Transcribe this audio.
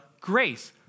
grace